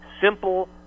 simple